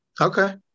Okay